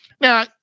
Now